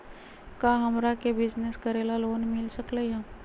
का हमरा के बिजनेस करेला लोन मिल सकलई ह?